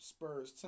Spurs